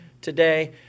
today